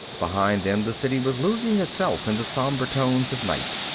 behind them the city was losing itself in the sombre tones of night,